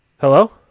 Hello